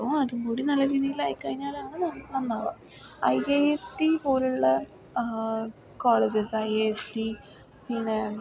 അപ്പോൾ അതും കൂടി നല്ല രീതിയിലായി കഴിഞ്ഞാലാണ് നന്നാവുക ഐ ഐ എസ് ടി പോലുള്ള colleges I I S T പിന്നെ